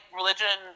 religion